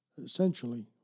essentially